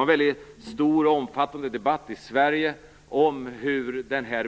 En väldigt stor och omfattande debatt ägde rum i Sverige om hur denna